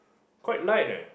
quite light eh